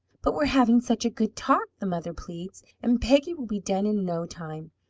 but we're having such a good talk, the mother pleads, and peggy will be done in no time!